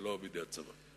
ולא בידי הצבא.